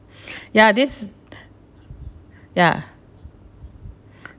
ya this ya